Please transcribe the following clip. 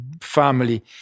family